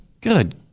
good